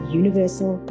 universal